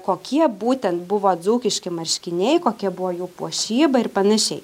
kokie būtent buvo dzūkiški marškiniai kokia buvo jų puošyba ir panašiai